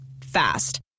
Fast